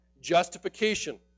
justification